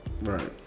Right